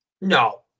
No